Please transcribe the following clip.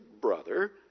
brother